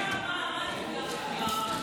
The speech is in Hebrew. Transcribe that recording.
ולאחר מכן, חבר הכנסת ואליד אלהואשלה.